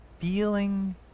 feeling